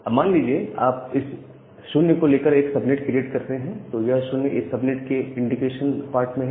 अब मान लीजिए आप इस 0 को लेकर एक सबनेट क्रिएट करते हैं यह 0 इस सबनेट के इंडिकेशन पार्ट में है